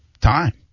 time